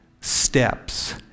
steps